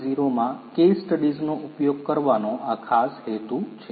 0 માં કેસ સ્ટડીઝનો ઉપયોગ કરવાનો આ ખાસ હેતુ છે